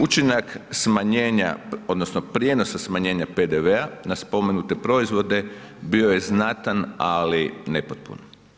Učinak smanjenja odnosno prijenosa smanjenja PDV-a na spomenute proizvode bio je znatan, ali nepotpun.